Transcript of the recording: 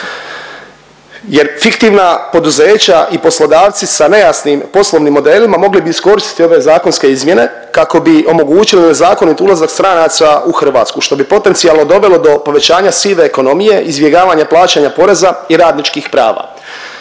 Jer fiktivna poduzeća i poslodavci sa nejasnim poslovnim modelima mogli bi iskoristiti ove zakonske izmjene, kako bi omogućili nezakonit ulazak stranaca u Hrvatsku što bi potencijalno dovelo do povećanja sive ekonomije, izbjegavanja plaćanja poreza i radničkih prava.